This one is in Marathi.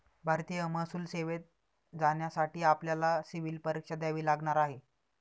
भारतीय महसूल सेवेत जाण्यासाठी आपल्याला सिव्हील परीक्षा द्यावी लागणार आहे